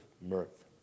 mirth